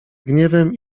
gniewem